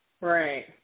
Right